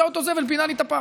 עד שאוטו זבל פינה לי את הפח.